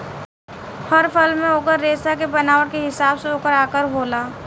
हर फल मे ओकर रेसा के बनावट के हिसाब से ओकर आकर होला